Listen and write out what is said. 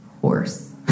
horse